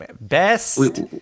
best